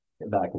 back